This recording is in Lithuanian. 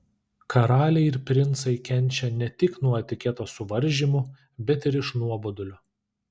karaliai ir princai kenčia ne tik nuo etiketo suvaržymų bet ir iš nuobodulio